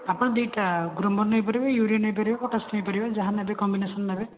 ଆପଣ ଦୁଇଟା ଗ୍ରୁମର ନେଇପାରିବେ ୟୁରିଆ ନେଇପାରିବେ ପଟାସ ନେଇପାରିବେ ଯାହା ନେବେ କମ୍ବିନେଶନ୍ ନେବେ